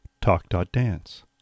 Talk.Dance